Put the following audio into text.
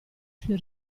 suoi